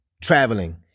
traveling